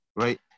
Right